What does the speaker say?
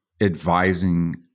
advising